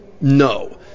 No